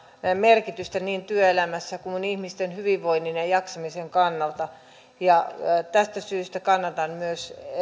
merkitystä niin työelämässä kuin ihmisten hyvinvoinnin ja jaksamisen kannalta tästä syystä kannatan